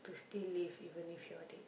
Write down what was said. we still live even if you're dead